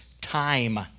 time